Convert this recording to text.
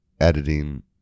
editing